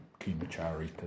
Kimachari